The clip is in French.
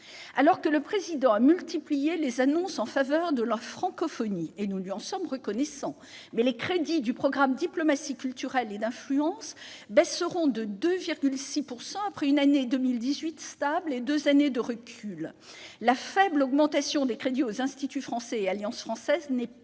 Alors que le Président de la République a multiplié les annonces en faveur de la francophonie, ce dont nous lui sommes reconnaissants, les crédits du programme « Diplomatie culturelle et d'influence » baisseront de 2,6 %, après une année 2018 stable et deux années de recul. La faible augmentation des crédits aux instituts français et alliances françaises n'est pas